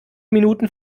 minuten